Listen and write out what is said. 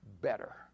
better